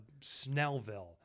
Snellville